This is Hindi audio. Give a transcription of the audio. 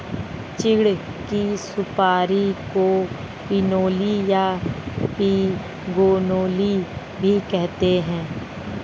चीड़ की सुपारी को पिनोली या पिगनोली भी कहते हैं